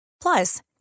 Plus